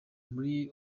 muri